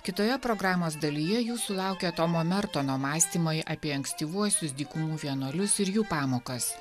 kitoje programos dalyje jūsų laukia tomo mertono mąstymai apie ankstyvuosius dykumų vienuolius ir jų pamokas